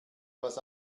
was